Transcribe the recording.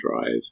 drive